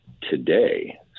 today